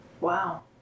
Wow